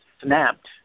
snapped